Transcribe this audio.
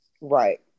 right